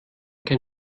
kein